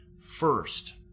First